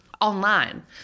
online